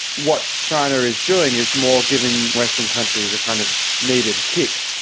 what china is doing is more giving western countries a kind of needed kick.